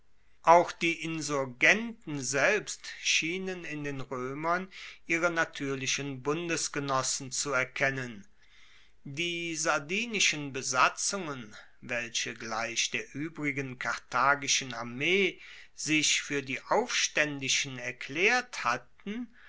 auch die insurgenten selbst schienen in den roemern ihre natuerlichen bundesgenossen zu erkennen die sardinischen besatzungen welche gleich der uebrigen karthagischen armee sich fuer die aufstaendischen erklaert hatten